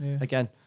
again